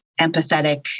empathetic